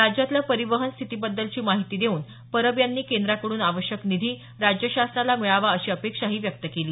राज्यातल्या परिवहन स्थितीबद्दलची माहिती देऊन परब यांनी केंद्राकडून आवश्यक निधी राज्यशासनाला मिळावा अशी अपेक्षाही व्यक्त केली